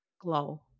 glow